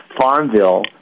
Farmville